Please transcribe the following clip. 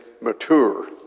mature